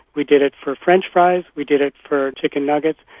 we did it for french fries, we did it for chicken nuggets,